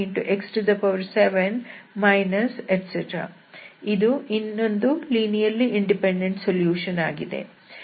3x7 ಇದು ಇನ್ನೊಂದು linearly independent solution ಆಗಿದೆ